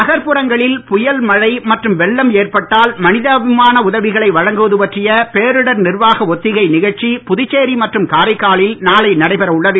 நகர்ப்புறங்களில் புயல் மழை மற்றும் வெள்ளம் ஏற்பட்டால் மனிதாபிமான உதவிகளை வழங்குவது பற்றிய பேரிடர் நிர்வாக ஒத்திகை நிகழ்ச்சி புதுச்சேரி மற்றும் காரைக்காலில் நாளை நடைபெற உள்ளது